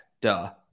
duh